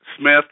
Smith